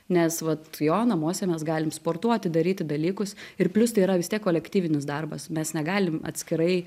nes vat jo namuose mes galim sportuoti daryti dalykus ir plius tai yra vis tiek kolektyvinis darbas mes negalim atskirai